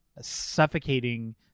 suffocating